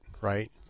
right